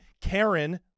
Karen